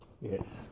Yes